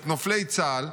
את נופלי צה"ל,